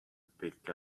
pick